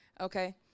Okay